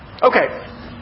Okay